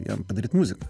jam padaryt muziką